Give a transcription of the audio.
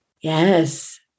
Yes